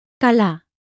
Kala